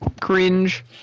Cringe